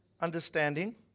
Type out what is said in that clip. understanding